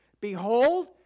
Behold